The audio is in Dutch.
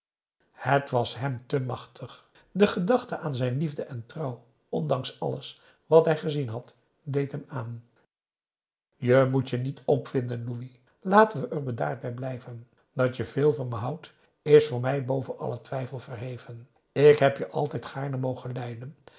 het was hem te machtig de gedachte aan zijn eigen liefde en trouw ondanks alles wat hij gezien had deed hem aan je moet je niet opwinden louis laten we er bedaard bij blijven dat je veel van me houdt is voor mij boven allen twijfel verheven ik heb je altijd gaarne mogen lijden